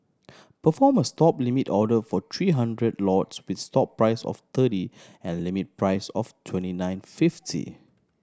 perform a Stop limit order for three hundred lots with stop price of thirty and limit price of twenty nine fifty